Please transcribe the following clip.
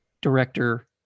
director